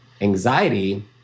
Anxiety